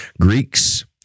Greeks